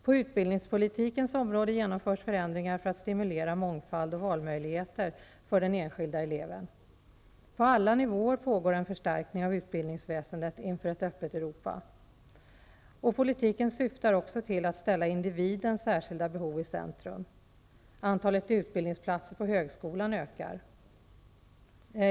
På utbildningspolitikens område genomförs förändringar för att stimulera mångfald och valmöjligheter för den enskilde eleven. På alla nivåer pågår en förstärkning av utbildningsväsendet inför ett öppet Europa. Politiken syftar också till att ställa individens särskilda behov i centrum. Antalet utbildningsplatser på högskolan ökar.